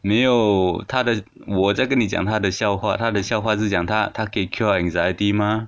没有他的我在跟你讲他的笑话他的笑话就是讲他他可以 cure anxiety mah